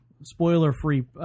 spoiler-free